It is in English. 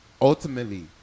ultimately